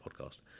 podcast